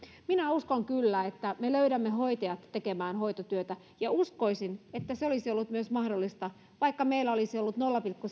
minä uskon kyllä että me löydämme hoitajat tekemään hoitotyötä ja uskoisin että se olisi ollut mahdollista myös vaikka meillä olisi ollut nolla pilkku